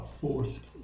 forced